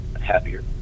happier